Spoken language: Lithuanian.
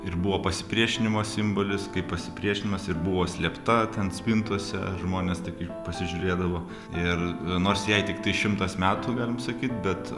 ir buvo pasipriešinimo simbolis kaip pasipriešinimas ir buvo slėpta ten spintose žmonės tik pasižiūrėdavo ir nors jai tiktai šimtas metų galim sakyt bet